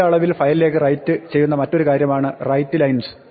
വലിയ അളവിൽ ഫയലിലേക്ക് റൈറ്റ് ചെയ്യുന്ന മറ്റൊരു കാര്യമാണ് റൈറ്റ് ലൈൻസ് writelines